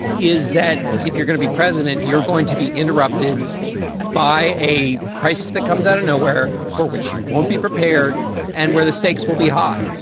is that if you're going to be president, you're going to be interrupted by a crisis that comes out of nowhere for which you won't be prepared and where the stakes will be high.